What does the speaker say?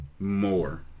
more